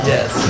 Yes